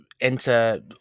enter